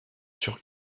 sur